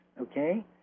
okay